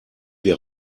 wir